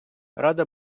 рада